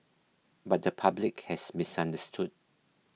but the public has misunderstood